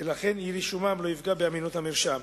ולכן אי-רישומם לא יפגע באמינות המרשם,